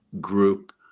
group